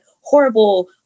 horrible